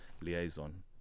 liaison